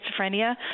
schizophrenia